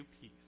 peace